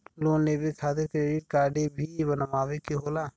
Loan लेवे खातिर credit card भी बनवावे के होला?